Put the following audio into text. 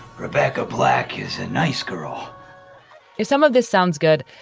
rebecca black is a nice girl if some of this sounds good,